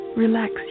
Relax